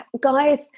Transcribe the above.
guys